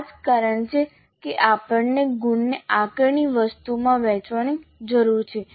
આ જ કારણ છે કે આપણે ગુણને આકારણી વસ્તુઓમાં વહેંચવાની જરૂર છે